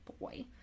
boy